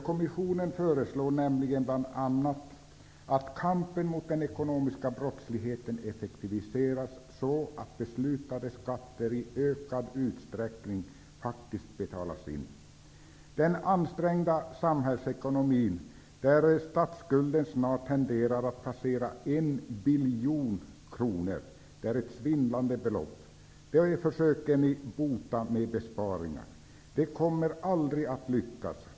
Kommissionen föreslår nämligen bl.a. att kampen mot den ekonomiska brottsligheten effektiviseras, så att beslutade skatter i ökad utsträckning faktiskt betalas in. Den ansträngda samhällsekonomin, där statsskulden snart tenderar att passera 1 biljon kronor -- det är ett svindlande belopp -- försöker ni bota med besparingar. Det kommer aldrig att lyckas.